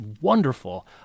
wonderful